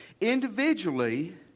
Individually